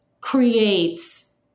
creates